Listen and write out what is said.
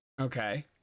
Okay